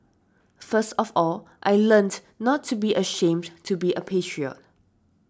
first of all I learnt not to be ashamed to be a patriot